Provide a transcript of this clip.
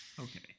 Okay